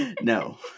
no